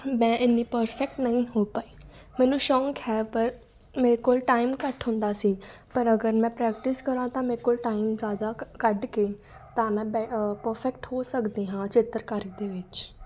ਮੈਂ ਇੰਨੀ ਪਰਫੈਕਟ ਨਹੀਂ ਹੋ ਪਾਈ ਮੈਨੂੰ ਸ਼ੌਕ ਹੈ ਪਰ ਮੇਰੇ ਕੋਲ ਟਾਈਮ ਘੱਟ ਹੁੰਦਾ ਸੀ ਪਰ ਅਗਰ ਮੈਂ ਪ੍ਰੈਕਟਿਸ ਕਰਾਂ ਤਾਂ ਮੇਰੇ ਕੋਲ ਟਾਈਮ ਜ਼ਿਆਦਾ ਕੱਢ ਕੇ ਤਾਂ ਮੈਂ ਪਰਫੈਕਟ ਹੋ ਸਕਦੀ ਹਾਂ ਚਿੱਤਰਕਾਰੀ ਦੇ ਵਿੱਚ